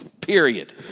Period